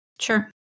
Sure